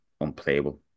unplayable